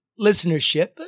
listenership